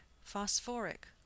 phosphoric